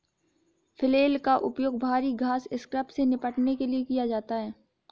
flail का उपयोग भारी घास स्क्रब से निपटने के लिए किया जाता है